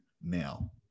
now